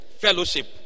Fellowship